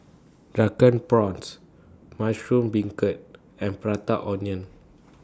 Drunken Prawns Mushroom Beancurd and Prata Onion